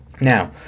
now